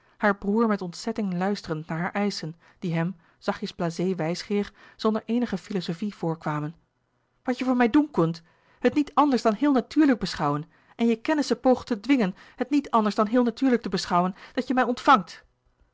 haar broêr met ontzetting luisterend naar haar eischen die hem zachtjes blasé wijsgeer zonder eenige filozofie voorkwamen wat je voor mij doen kunt het niet anders louis couperus de boeken der kleine zielen dan heel natuurlijk beschouwen en je kennissen pogen te dwingen het niet anders dan heel natuurlijk te beschouwen dat je mij ontvangt